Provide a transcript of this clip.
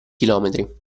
chilometri